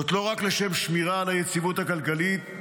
זאת לא רק לשם שמירה על היציבות הכלכלית,